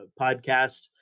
podcast